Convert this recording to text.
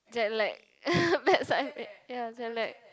jet lag backside pain ya jet lag